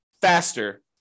faster